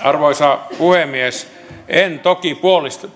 arvoisa puhemies en toki